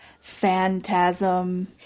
Phantasm